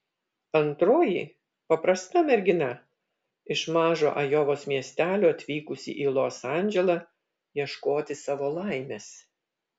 antroji paprasta mergina iš mažo ajovos miestelio atvykusi į los andželą ieškoti savo laimės